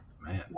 man